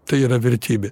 tai yra vertybė